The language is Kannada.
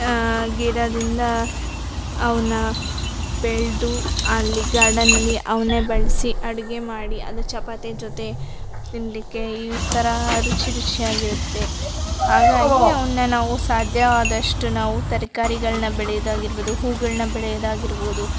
ಗಿಡದಿಂದ ಅವನ್ನ ಬೆಳೆದು ಅಲ್ಲಿ ಗಾರ್ಡನ್ನಲ್ಲಿ ಅವನ್ನೇ ಬೆಳೆಸಿ ಅಡುಗೆ ಮಾಡಿ ಅದು ಚಪಾತಿ ಜೊತೆ ತಿನ್ನಲಿಕ್ಕೆ ಈ ಥರ ರುಚಿ ರುಚಿಯಾಗಿರುತ್ತೆ ಹಾಗಾಗಿ ಅವನ್ನ ನಾವು ಸಾಧ್ಯವಾದಷ್ಟು ನಾವು ತರಕಾರಿಗಳ್ನ ಬೆಳೆಯೋದಾಗಿರ್ಬೋದು ಹೂಗಳನ್ನ ಬೆಳೆಯೋದಾಗಿರ್ಬೋದು